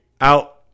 out